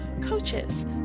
Coaches